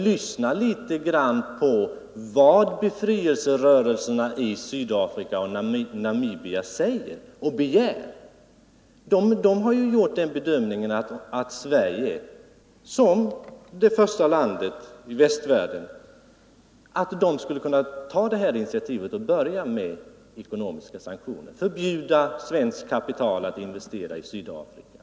Lyssna på vad befrielserörelserna i Sydafrika och Namibia säger och begär! De har gjort den bedömningen att Sverige som det första landet i västvärlden skulle kunna ta initiativ och börja med ekonomiska sanktioner samt förbjuda svenskt kapital att investera i Sydafrika.